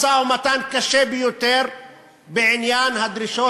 משא-ומתן קשה ביותר בעניין הדרישות